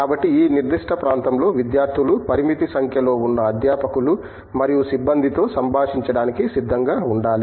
కాబట్టి ఈ నిర్దిష్ట ప్రాంతంలో విద్యార్థులు పరిమిత సంఖ్యలో ఉన్న అధ్యాపకులు మరియు సిబ్బందితో సంభాషించడానికి సిద్ధంగా ఉండాలి